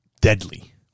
deadly